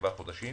7 חודשים